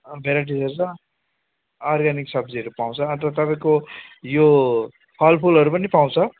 भेराइटीहरू छ अर्ग्यानिक सब्जीहरू पाउँछ अन्त तपाईँको यो फलफुलहरू पनि पाउँछ